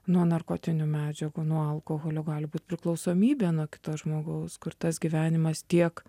nuo narkotinių medžiagų nuo alkoholio gali būt priklausomybė nuo kito žmogaus kur tas gyvenimas tiek